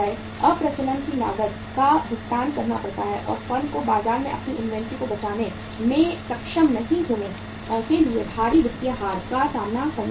अप्रचलन की लागत का भुगतान करना पड़ता है और फर्म को बाजार में अपनी इन्वेंट्री को बेचने में सक्षम नहीं होने के लिए भारी वित्तीय हार का सामना करना पड़ता है